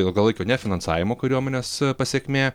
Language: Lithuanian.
ilgalaikio nefinansavimo kariuomenės pasekmė